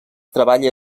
treballa